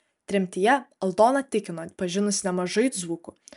tremtyje aldona tikino pažinusi nemažai dzūkų